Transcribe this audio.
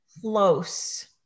close